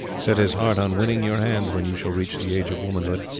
set his heart on winning your hand when you shall reach the age of womanhood,